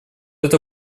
это